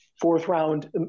fourth-round